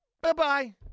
Bye-bye